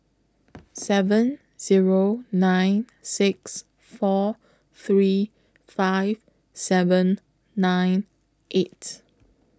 seven Zero nine six four three five seven nine eight